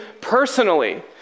personally